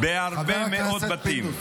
בהרבה מאוד בתים.